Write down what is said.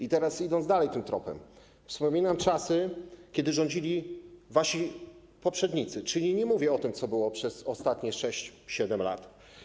Idąc dalej tym tropem - wspominam czasy, kiedy rządzili wasi poprzednicy, czyli nie mówię o tym, co było przez ostatnie 6, 7 lat.